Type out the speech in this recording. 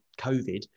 covid